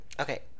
okay